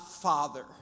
father